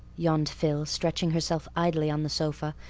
yawned phil, stretching herself idly on the sofa,